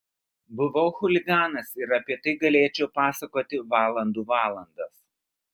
buvau chuliganas ir apie tai galėčiau pasakoti valandų valandas